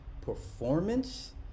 performance